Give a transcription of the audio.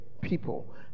people